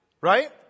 right